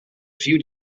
few